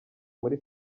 muri